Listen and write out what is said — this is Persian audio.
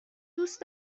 دوست